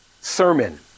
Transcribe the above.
sermon